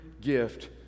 gift